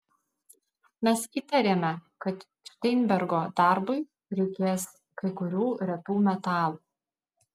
mes įtarėme kad šteinbergo darbui reikės kai kurių retų metalų